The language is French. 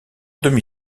demi